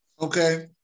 Okay